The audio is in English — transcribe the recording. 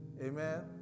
Amen